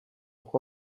auch